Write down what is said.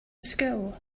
school